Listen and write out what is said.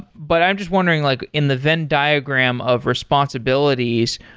but i'm just wondering like in the venn diagram of responsibilities,